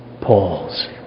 Paul's